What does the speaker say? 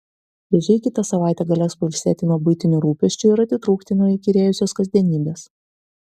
vėžiai kitą savaitę galės pailsėti nuo buitinių rūpesčių ir atitrūkti nuo įkyrėjusios kasdienybės